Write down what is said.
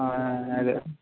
అదే